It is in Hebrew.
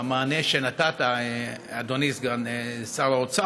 שאלה נוספת לחבר הכנסת יוסי יונה, בבקשה.